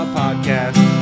podcast